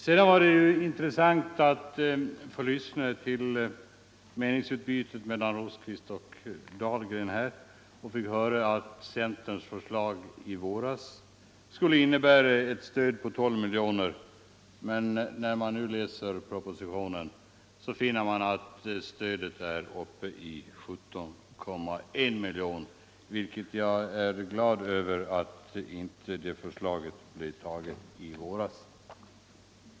Det var intressant att lyssna till meningsutbytet mellan herrar Rosqvist och Dahlgren. Vi fick höra att centerns förslag i våras skulle ha inneburit ett stöd på 12 miljoner kronor. När man läser propositionen finner man att stödet är uppe i 17,1 miljoner. Jag är därför glad över att vi inte antog centerns förslag i våras.